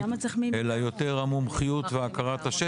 אלא יותר המומחיות והכרת השטח.